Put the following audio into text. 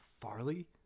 Farley